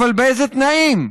אבל באיזה תנאים,